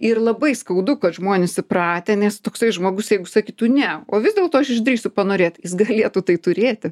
ir labai skaudu kad žmonės įpratę nes toksai žmogus jeigu sakytų ne o vis dėlto aš išdrįsiu panorėt jis galėtų tai turėti